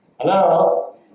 Hello